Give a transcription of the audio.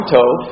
Tov